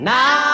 Now